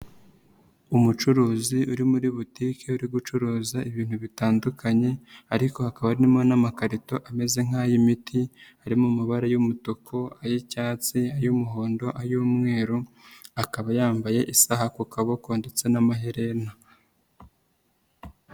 Umucuruzi uri muri butiki uri gucuruza ibintu bitandukanye ariko hakaba harimo n'amakarito ameze nk'ay'imiti ari mu mabara y'umutuku, ay'icyatsi, ay'umuhondo, ay'umweru, akaba yambaye isaha ku kaboko ndetse n'amaherena.